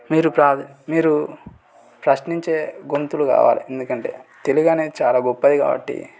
మీరు ప్రా మీరు ప్రశ్నించే గొంతులు కావాలి ఎందుకంటే తెలుగు అనేది చాలా గొప్పది కాబట్టి